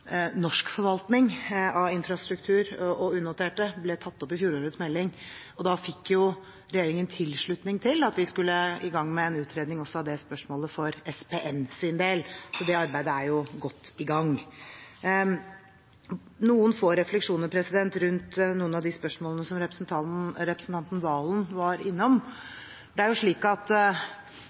norsk forvaltning av infrastruktur og unoterte ble tatt opp i fjorårets melding. Da fikk regjeringen tilslutning til at vi skulle i gang med en utredning også av det spørsmålet for SPN sin del. Det arbeidet er godt i gang. Noen få refleksjoner rundt noen av de spørsmålene som representanten Serigstad Valen var innom: Det er jo slik at